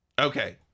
Okay